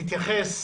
ותתייחס